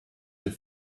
that